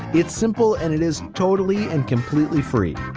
it's simple and it is totally and completely free.